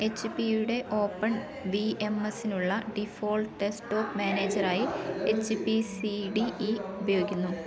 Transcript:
H P യുടെ open V M എസ്സ്നുള്ള default desktop മാനേജറായി H P C D E ഉപയോഗിക്കുന്നു